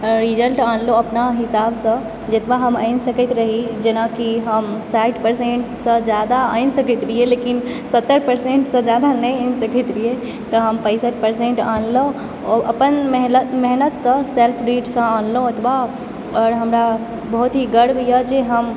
result आनलहुँ अपना हिसाबसँ जेतबा हम आनि सकैत रही जेनाकि हम साठि परसेन्टसँ जादा आनि सकैत रहियै लेकिन सत्तर परसेन्टसँ जादा नहि आनि सकैत रहियै तऽ हम पैसठि परसेन्ट आनलहुँ आओर अपन मेहनतसँ सेल्फ रीडसँ आनलहुँ ओतबा आओर हमरा बहुत ही गर्वए जे हम